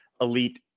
elite